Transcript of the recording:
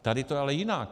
Tady je to ale jinak.